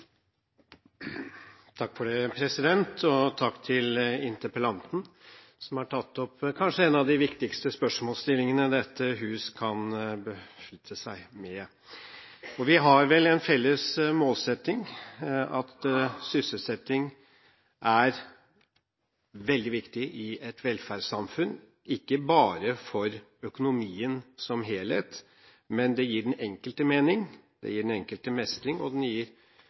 Takk til interpellanten, som har tatt opp kanskje en av de viktigste problemstillingene dette hus kan befatte seg med. Vi har vel en felles målsetting: Sysselsetting er veldig viktig i et velferdssamfunn, ikke bare for økonomien som helhet, men det gir den enkelte mening, det gir den enkelte mestring, og det gir